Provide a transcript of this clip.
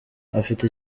afite